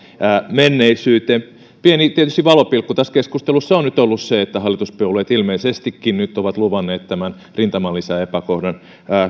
menneisyyteen tietysti pieni valopilkku tässä keskustelussa on on ollut se että hallituspuolueet ilmeisestikin nyt ovat luvanneet tämän rintamalisäepäkohdan